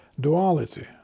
duality